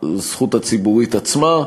הזכות הציבורית עצמה.